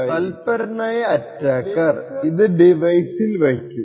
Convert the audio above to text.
fire ലേസറിൽ തല്പരനായ attacker ഇത് ഡിവൈസിൽ വയ്ക്കും